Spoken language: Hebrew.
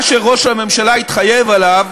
מה שראש הממשלה התחייב עליו